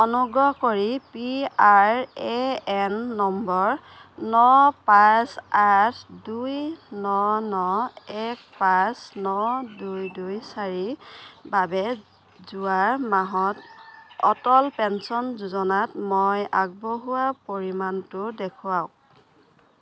অনুগ্ৰহ কৰি P R A N নম্বৰ ন পাঁচ আঠ দুই ন ন এক পাঁচ ন দুই দুই চাৰিৰ বাবে যোৱা মাহত অটল পেঞ্চন যোজনাত মই আগবঢ়োৱা পৰিমাণটো দেখুৱাওক